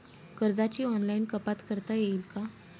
कर्जाची ऑनलाईन कपात करता येईल का?